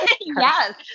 Yes